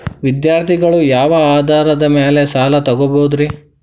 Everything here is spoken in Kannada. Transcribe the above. ವಿದ್ಯಾರ್ಥಿಗಳು ಯಾವ ಆಧಾರದ ಮ್ಯಾಲ ಸಾಲ ತಗೋಬೋದ್ರಿ?